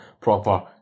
proper